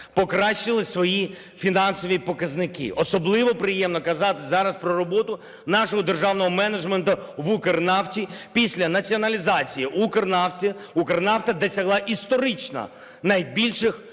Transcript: покращили свої фінансові показники, особливо приємно казати зараз про роботу нашого державного менеджменту в Укрнафті. Після націоналізації Укрнафти Укрнафта досягла історично найбільших